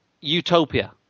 Utopia